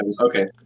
Okay